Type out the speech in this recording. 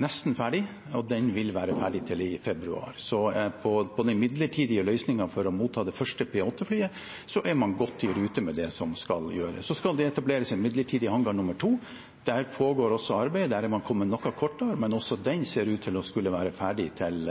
nesten ferdig, og den vil være ferdig til februar. Så når det gjelder midlertidige løsninger for å motta det første P-8-flyet, er man godt i rute med det som skal gjøres. Det skal også etableres en midlertidig hangar nummer to. Der pågår også arbeidet. Der er man kommet noe kortere, men også den ser ut til å skulle være ferdig til